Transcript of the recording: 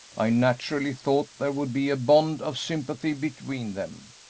i naturally thought there would be a bond of sympathy between them.